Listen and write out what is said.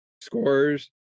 scores